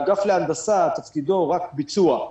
האגף להנדסה תפקידו רק ביצוע,